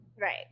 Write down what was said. Right